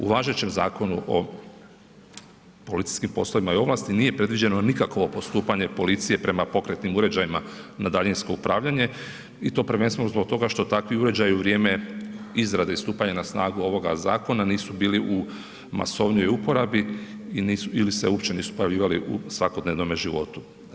U važećem Zakonu o policijskim poslovima i ovlasti nije predviđeno nikakvo postupanje policije prema pokretnim uređajima na daljinsko upravljanje i to prvenstveno zbog toga što takvi uređaji u vrijeme izrade i stupanja na snagu ovoga zakona nisu bili u masovnijoj uporabi ili se uopće nisu pojavljivali u svakodnevnom životu.